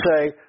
say